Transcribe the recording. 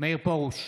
מאיר פרוש,